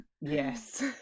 Yes